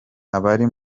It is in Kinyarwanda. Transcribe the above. abari